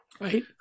Right